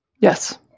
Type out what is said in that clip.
Yes